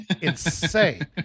insane